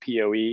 POE